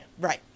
Right